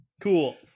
Cool